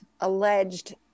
alleged